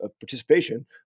participation